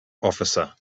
officer